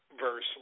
verse